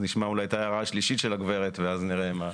אז נשמע אולי את ההערה השלישית של הגברת ואז נראה.